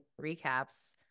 recaps